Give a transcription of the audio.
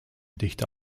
dichter